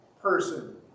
person